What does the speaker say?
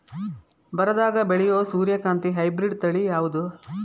ಬರದಾಗ ಬೆಳೆಯೋ ಸೂರ್ಯಕಾಂತಿ ಹೈಬ್ರಿಡ್ ತಳಿ ಯಾವುದು?